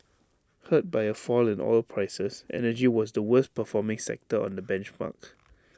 hurt by A fall in oil prices energy was the worst performing sector on the benchmark